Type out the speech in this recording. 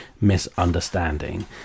misunderstanding